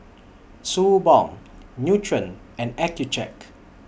Suu Balm Nutren and Accucheck